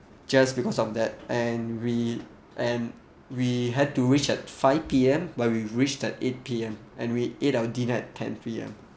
just because of that and we and we had to reach at five P_M but we reached at eight P_M and we ate our dinner at ten P_M